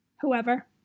whoever